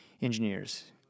engineers